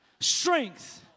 strength